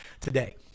today